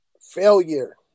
Failure